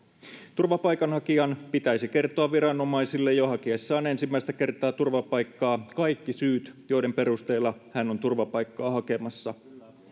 turvapaikanhakijan pitäisi kertoa viranomaisille jo hakiessaan ensimmäistä kertaa turvapaikkaa kaikki syyt joiden perusteella hän on turvapaikkaa hakemassa